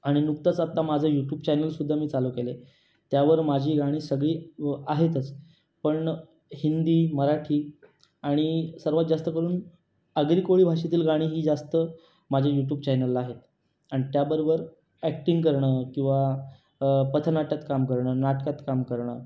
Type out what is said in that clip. आणि नुकतंच आत्ता माझं यूट्यूब चॅनेलसुद्धा मी चालू केलं आहे त्यावर माझी गाणी सगळी आहेतच पण हिंदी मराठी आणि सर्वात जास्त करून आगरी कोळी भाषेतील गाणी ही जास्त माझ्या यूट्यूब चॅनेलला आहेत आणि त्याबरोबर ॲक्टिंग करणं किंवा पथनाट्यात काम करणं नाटकात काम करणं